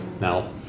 Now